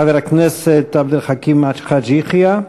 חבר הכנסת עבד אל חכים חאג' יחיא,